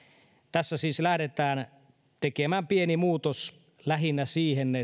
tässä siis lähdetään tekemään pieni muutos lähinnä siihen